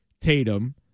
Tatum